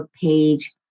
page